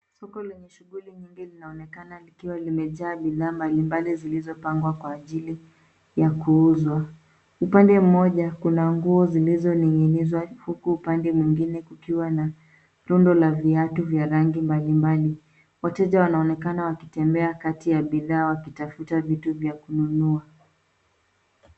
Soko lenye shughuli nyingi linaonekana likiwa limejaa bidhaa mbalimbali zilizopangwa kwa ajili ya kuuzwa. Upande mmoja kuna nguo zilizoning'inizwa huku upande mwingine kukiwa na rundo la viatu mbalimbali. Wateja wanaonekana wakitembea kati ya bidhaa wakitafuta vitu vya kununua.